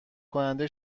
کننده